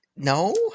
No